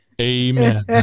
Amen